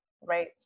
Right